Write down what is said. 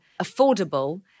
affordable